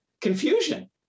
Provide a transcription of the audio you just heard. confusion